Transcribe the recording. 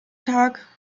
tag